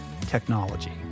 technology